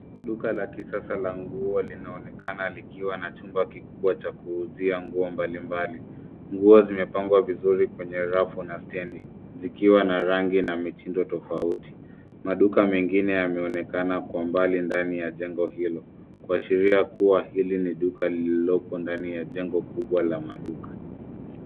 Duka la kisasa la nguo linaonekana likiwa na chumba kikubwa cha kuuzia nguo mbalimbali. Nguo zimepangwa vizuri kwenye rafu na stand ,zikiwa na rangi na mitindo tofauti. Maduka mengine yameonekana kwa mbali ndani ya jengo hilo. Kuashiria kuwa hili ni duka lililoko ndani ya jengo kubwa la maduka.